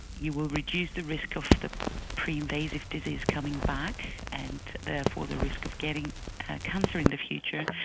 you will reduce the risk of the pre-invasive disease coming back and therefore the risk of getting cancer in the future.